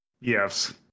yes